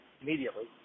immediately